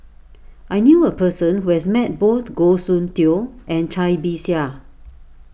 I knew a person who has met both Goh Soon Tioe and Cai Bixia